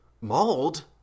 Mauled